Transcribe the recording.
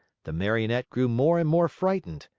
the marionette grew more and more frightened.